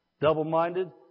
Double-minded